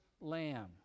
lamb